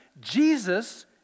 Jesus